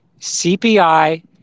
cpi